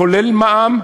כולל מע"מ,